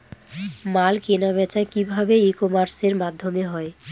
মাল কেনাবেচা কি ভাবে ই কমার্সের মাধ্যমে হয়?